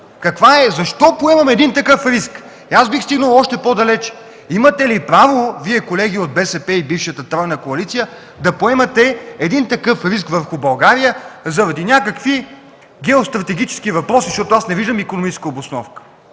Каква е и защо поемаме един такъв риск? Аз бих стигнал още по-далече: имате ли право, Вие колеги от БСП и бившата тройна коалиция, да поемате такъв риск върху България заради някакви геостратегически въпроси, защото аз не виждам икономическа обосновка.